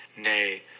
Nay